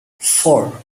four